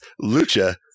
lucha